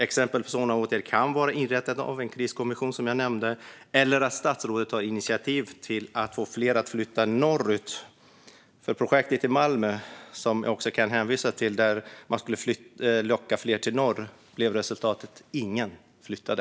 Exempel på sådana åtgärder kan som jag nämnde vara inrättande av en kriskommission eller att statsrådet tar initiativ till att få fler att flytta norrut. Jag kan hänvisa till projektet i Malmö där man skulle locka fler till norr. Där blev resultatet att ingen flyttade.